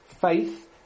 faith